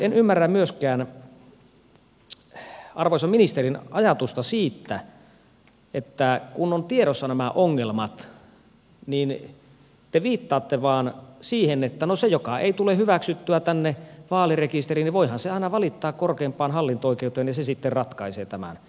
en ymmärrä myöskään arvoisan ministerin ajatusta siitä että kun on tiedossa nämä ongelmat niin te viittaatte vain siihen että no voihan se joka ei tule hyväksyttyä tänne vaalirekisteriin aina valittaa korkeimpaan hallinto oikeuteen ja se sitten ratkaisee tämän